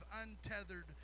untethered